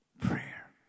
Prayer